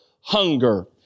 hunger